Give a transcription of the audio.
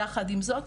יחד עם זאת,